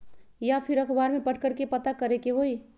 या फिर अखबार में पढ़कर के पता करे के होई?